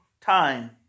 time